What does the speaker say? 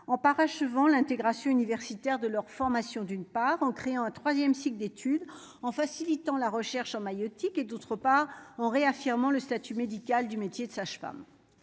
en parachevant l'intégration universitaire de leur formation, d'une part en créant un 3ème cycle d'études en facilitant la recherche en maïeutique et d'autre part on réaffirmant le statut médical du métier de sage-femme